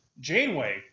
Janeway